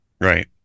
right